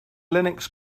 linux